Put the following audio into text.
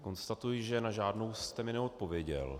Konstatuji, že na žádnou jste mi neodpověděl.